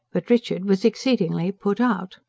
but richard was exceedingly put out.